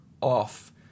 off